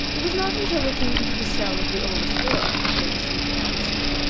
it was not until they came to the cell of the oldest girl that they received an answer.